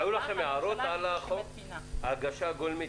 היו לכם הערות על החוק בהגשה הגולמית?